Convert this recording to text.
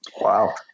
Wow